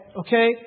okay